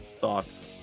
thoughts